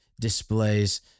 displays